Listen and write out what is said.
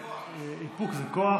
איפוק זה כוח.